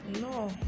No